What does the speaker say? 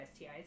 STIs